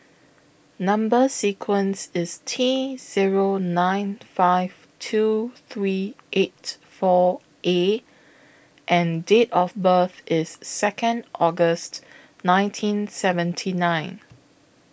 Number sequence IS T Zero nine five two three eight four A and Date of birth IS Second August nineteen seventy nine